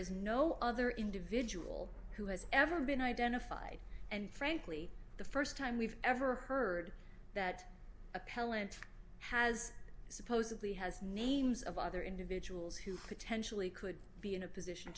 is no other individual who has ever been identified and frankly the first time we've ever heard that appellant has supposedly has names of other individuals who potentially could be in a position